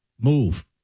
move